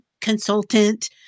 consultant